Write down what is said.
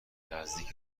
نزدیک